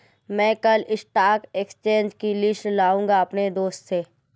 मै कल की stock exchange की लिस्ट लाऊंगा अपने दोस्त से